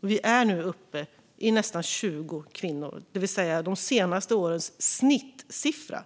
Vi är nu uppe i nästan tjugo kvinnor, det vill säga de senaste årens snittsiffra